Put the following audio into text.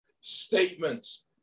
statements